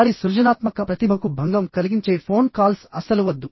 వారి సృజనాత్మక ప్రతిభకు భంగం కలిగించే ఫోన్ కాల్స్ అస్సలు వద్దు